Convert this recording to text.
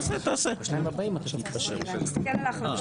על ההחלטות של הכנסת